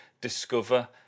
discover